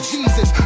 Jesus